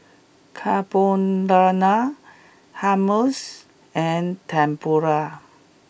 Carbonara Hummus and Tempura